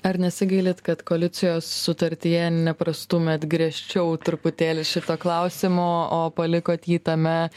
ar nesigailit kad koalicijos sutartyje neprastūmėt griežčiau truputėlį šituo klausimu o palikot jį tame